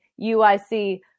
UIC